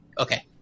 Okay